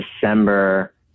December